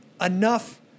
enough